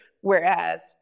Whereas